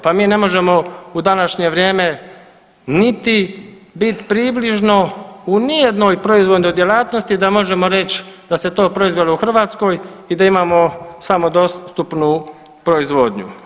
Pa mi ne možemo u današnje vrijeme niti bit približno u nijednoj proizvodnoj djelatnosti da možemo reć da se to proizvelo Hrvatskoj i da imamo samodostupnu proizvodnju.